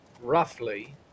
Roughly